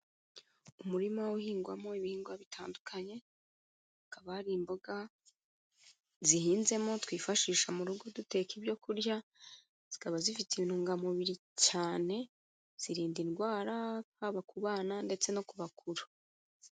Umurima uhingwamo ibihingwa bitandukanye, hakaba hari imboga zihinzemo twifashisha mu rugo duteka ibyo kurya, zikaba zifite intungamubiri cyane, zirinda indwara haba ku bana ndetse no ku bakuru.